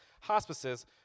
hospices